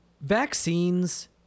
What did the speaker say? vaccines